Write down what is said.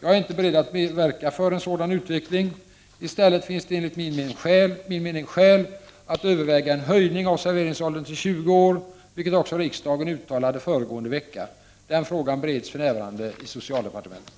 Jag är inte beredd att verka för en sådan utveckling. I stället finns det enligt min mening skäl att överväga en höjning av serveringsåldern till 20 år, vilket också riksdagen uttalade föregående vecka. Den frågan bereds för närvarande i socialdepartementet.